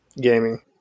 gaming